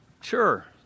Sure